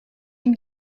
ihm